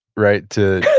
right, to,